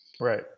Right